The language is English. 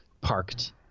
parked